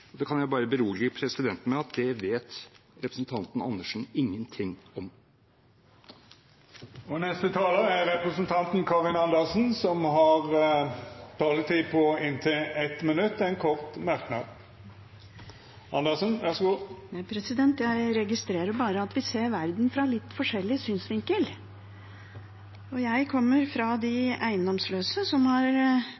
Jeg kan bare berolige presidenten med at det vet representanten Andersen ingenting om. Representanten Karin Andersen har hatt ordet to gonger tidlegare og får ordet til ein kort merknad, avgrensa til 1 minutt. Jeg registrerer bare at vi ser verden fra litt forskjellig synsvinkel. Jeg kommer fra de